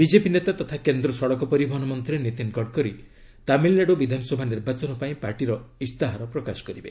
BJP ନେତା ତଥା କେନ୍ଦ୍ର ସଡ଼କ ପରିବହନ ମନ୍ତ୍ରୀ ନୀତିନ ଗଡ଼କରୀ ତାମିଲ୍ନାଡୁ ବିଧାନସଭା ନିର୍ବାଚନ ପାଇଁ ପାର୍ଟିର ଇସ୍ତାହାର ପ୍ରକାଶ କରିବେ